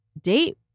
date